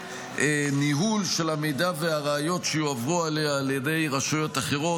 וניהול של המידע והראיות שיועברו אליה על ידי רשויות אחרות,